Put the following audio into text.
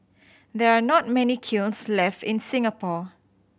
there are not many kilns left in Singapore